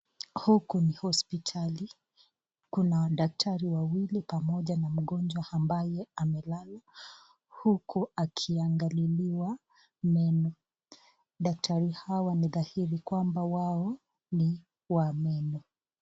Huku ni hospitali kuna daktari wawili pamoja na mgonjwa ambaye amelala huku akiangaliliwa meno, daktari hawa wanadahiri kwamba wao ni wa meno.